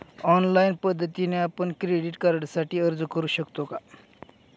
Online पद्धतीने आपण credit कार्डसाठी अर्ज करु शकतो का?